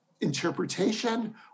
interpretation